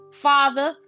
father